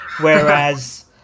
Whereas